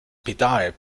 pedal